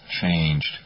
changed